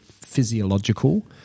physiological –